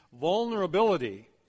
vulnerability